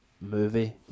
movie